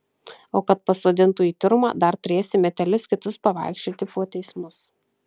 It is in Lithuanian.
o kad pasodintų į tiurmą dar turėsi metelius kitus pavaikščioti po teismus